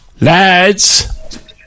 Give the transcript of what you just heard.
Lads